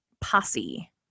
Posse